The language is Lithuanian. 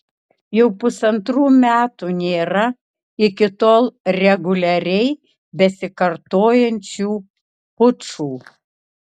jau pusantrų metų nėra iki tol reguliariai besikartojančių pučų